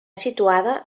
situada